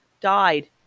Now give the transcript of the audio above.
died